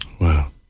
Wow